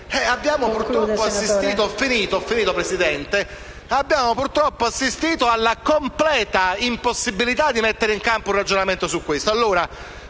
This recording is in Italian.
abbiamo purtroppo assistito alla completa impossibilità di mettere in campo un ragionamento su questo.